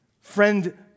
Friend